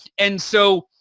and so,